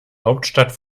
hauptstadt